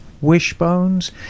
wishbones